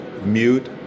mute